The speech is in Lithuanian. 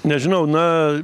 nežinau na